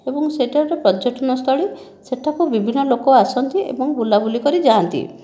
ଏବଂ ସେଟା ଗୋଟେ ପର୍ଯ୍ୟଟନ ସ୍ଥଳୀ ସେଠାକୁ ବିଭିନ୍ନ ଲୋକ ଆସନ୍ତି ଏବଂ ବୁଲା ବୁଲି କରିଯାଆନ୍ତି